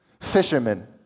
fishermen